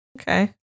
Okay